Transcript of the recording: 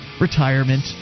retirement